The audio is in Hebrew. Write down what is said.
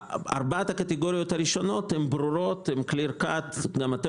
ארבע הקטגוריות הראשונות הן ברורות ולגביהן